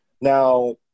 Now